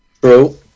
True